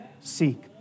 seek